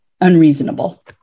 unreasonable